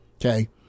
Okay